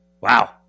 Wow